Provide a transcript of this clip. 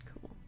Cool